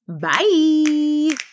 bye